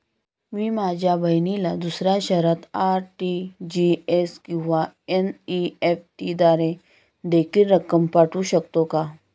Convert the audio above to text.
मी माझ्या बहिणीला दुसऱ्या शहरात आर.टी.जी.एस किंवा एन.इ.एफ.टी द्वारे देखील रक्कम पाठवू शकतो का?